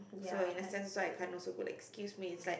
so in a sense so I can't also go like excuse me it's like